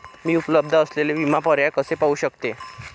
मी उपलब्ध असलेले विमा पर्याय कसे पाहू शकते?